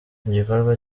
igikorwa